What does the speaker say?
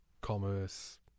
commerce